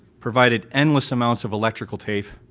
provided endless amounts of electrical tape